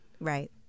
Right